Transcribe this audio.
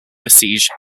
besiege